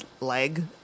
leg